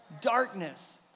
Darkness